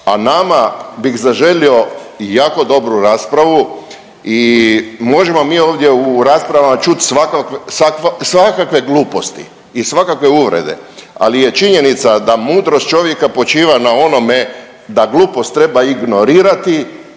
A nama bih zaželio jako dobru raspravu i možemo mi ovdje u raspravama čut svakakve gluposti i svakakve uvrede, ali je činjenica da mudrost čovjeka počiva na onome da glupost treba ignorirati